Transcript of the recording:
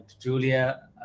Julia